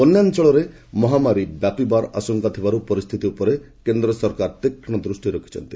ବନ୍ୟା ଅଞ୍ଚଳରେ ମହାମାରୀ ବ୍ୟାପିବାର ଆଶଙ୍କା ଥିବାରୁ ପରିସ୍ଥିତି ଉପରେ କେନ୍ଦ୍ର ସରକାର ତୀକ୍ଷ୍ଣ ନଜର ରଖିଛନ୍ତି